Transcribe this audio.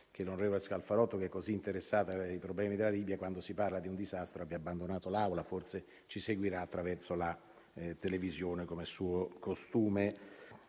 senatore Scalfarotto, che è così interessato ai problemi della Libia, quando si parla di un disastro abbia abbandonato l'Aula; forse ci seguirà attraverso la televisione, com'è suo costume.